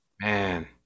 Man